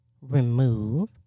remove